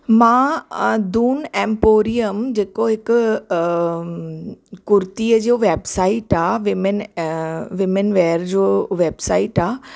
मां अधुन एम्पोरियम जेको हिकु कुर्तीअ जो वैबसाइट आहे विमैन विमैन वेयर जो वेबसाएट आहे